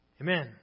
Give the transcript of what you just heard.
Amen